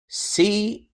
see